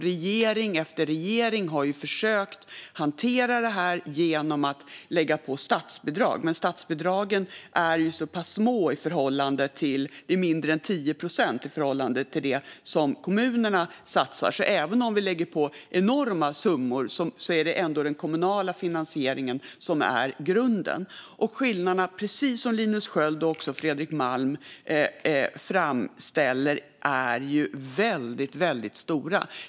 Regering efter regering har försökt att hantera detta genom att lägga på statsbidrag, men statsbidragen är så pass små, mindre än 10 procent, i förhållande till det som kommunerna satsar. Även om vi lägger på enorma summor är det ändå den kommunala finansieringen som är grunden. Precis som Linus Sköld och Fredrik Malm framhåller är skillnaderna väldigt stora.